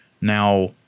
Now